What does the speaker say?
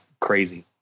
crazy